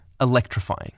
electrifying